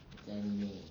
it's anime